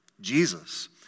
Jesus